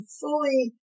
fully